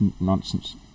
nonsense